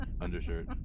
undershirt